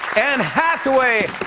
anne hathaway,